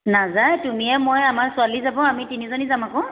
নাযায় তুমিয়ে মই আমাৰ ছোৱালী যাব আমি তিনিজনী যাম আকৌ